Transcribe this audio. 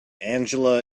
angela